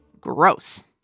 Gross